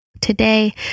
Today